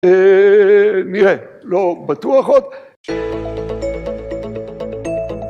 אה, נראה, לא בטוח עוד. [מוזיקה]